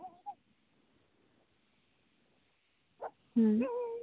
ᱦᱩᱸ